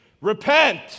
repent